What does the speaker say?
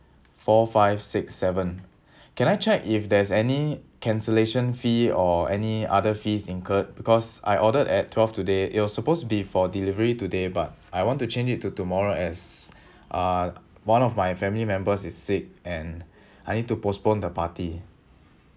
four five six seven can I check if there's any cancellation fee or any other fees incurred because I ordered at twelve today it was supposed to be for delivery today but I want to change it to tomorrow as uh one of my family members is sick and I need to postpone the party